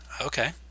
Okay